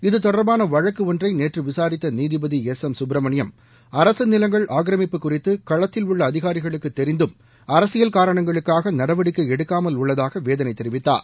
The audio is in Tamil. இதுதொடர்பான வழக்கு ஒன்றை நேற்று விசாரித்த நீதிபதி எஸ் எம் சுப்பிரமணியம் அரசு நிலங்கள் ஆக்கிரமிப்பு குறித்து களத்தில் உள்ள அதிகாரிகளுக்கு தெரிந்தும் அரசியல் காரணங்களுக்காக நடவடிக்கை எடுக்காமல் உள்ளதாக வேதனை தெரிவித்தார்